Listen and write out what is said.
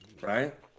right